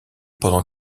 pendant